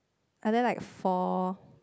are there like four